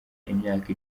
imyaka